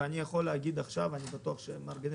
ואני יכול להגיד עכשיו אני בטוח שמארגני